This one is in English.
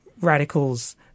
radicals